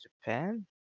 japan